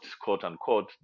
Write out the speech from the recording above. quote-unquote